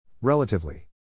Relatively